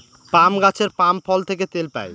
পাম গাছের পাম ফল থেকে তেল পাই